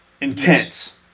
intense